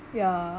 yeah